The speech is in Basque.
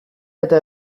eta